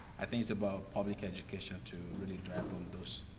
i think it's about public education to really drive home those,